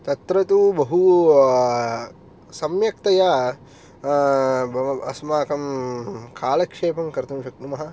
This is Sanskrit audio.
तत्र तु बहु सम्यक्तया अस्माकं कालक्षेपं कर्तुं शक्नुमः